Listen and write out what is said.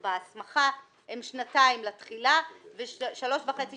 בהסמכה הן שנתיים לתחילה ושלוש שנים וחצי